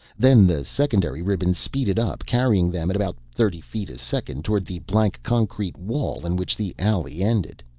then the secondary ribbon speeded up, carrying them at about thirty feet a second toward the blank concrete wall in which the alley ended.